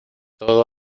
todo